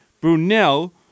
Brunel